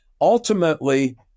ultimately